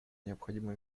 необходимо